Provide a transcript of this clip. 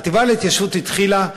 החטיבה להתיישבות התחילה בעבודות,